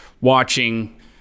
watching